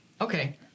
Okay